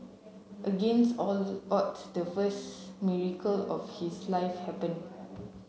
against all odds the first miracle of his life happened